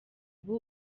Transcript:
ubu